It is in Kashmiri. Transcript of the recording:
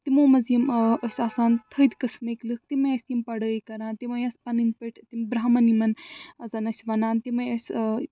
تِمو منٛز یِم ٲسۍ آسان تھٔدۍ قٕسمٕکۍ لُکھ تِم ٲسۍ یِم پڑٲے کَران تِمَے ٲس پنٕنۍ پٲٹھۍ تِم برٛہمن یِمن اَژن ٲسۍ وَنان تِمَے ٲسۍ